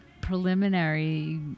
preliminary